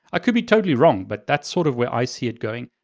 ah could be totally wrong, but that's sort of where i see it going.